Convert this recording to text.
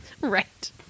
Right